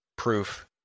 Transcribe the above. proof